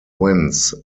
wins